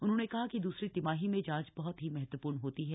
उन्होंने कहा कि दूसरी तिमाही में जांच बह्त ही महत्पूर्ण होती है